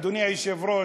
אדוני היושב-ראש,